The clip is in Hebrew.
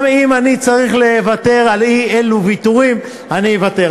גם אם אני צריך לוותר אי-אלו ויתורים, אני אוותר.